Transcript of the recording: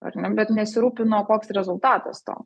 ar ne bet nesirūpinu o koks rezultatas to